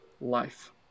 life